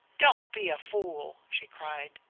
don't be a fool! she cried.